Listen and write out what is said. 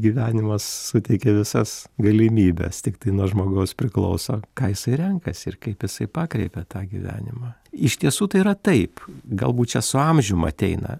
gyvenimas suteikia visas galimybes tiktai nuo žmogaus priklauso ką jisai renkasi ir kaip jisai pakreipia tą gyvenimą iš tiesų tai yra taip galbūt čia su amžium ateina